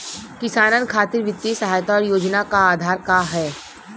किसानन खातिर वित्तीय सहायता और योजना क आधार का ह?